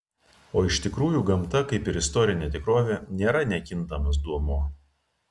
o iš tikrųjų gamta kaip ir istorinė tikrovė nėra nekintamas duomuo